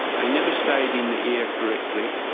they never stayed in the ear correctly.